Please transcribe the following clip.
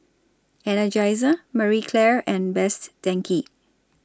Energizer Marie Claire and Best Denki